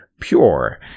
pure